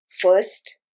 First